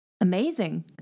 Amazing